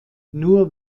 nur